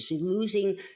losing